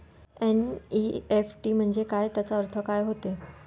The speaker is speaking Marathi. एन.ई.एफ.टी म्हंजे काय, त्याचा अर्थ काय होते?